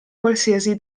qualsiasi